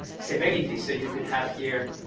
severity so you could have here